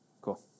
Cool